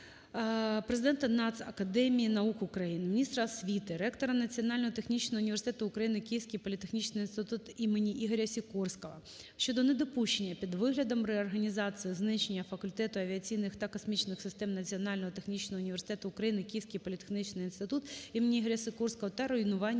Президента Нацакадемії наук України, міністра освіти, Ректора Національного технічного університету України "Київський політехнічний інститут імені ІГОРЯ СІКОРСЬКОГО" щодо недопущення під виглядом реорганізації знищення Факультету Авіаційних та космічних систем Національного технічного університету України "Київський політехнічний інститут імені Ігоря Сікорського" та руйнування